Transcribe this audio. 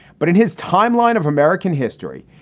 but in his timeline of american history,